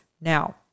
Now